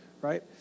right